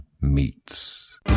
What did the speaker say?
Meets